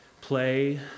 play